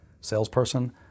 salesperson